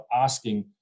asking